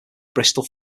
bristol